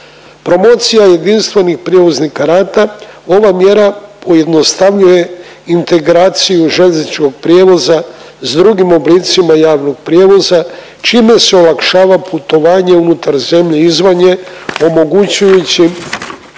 Promocija jedinstvenih prijevoznih karata ova mjera pojednostavljuje integraciju željezničkog prijevoza s drugim oblicima javnog prijevoza čime se olakšava putovanje unutar zemlje i izvan nje omogućujući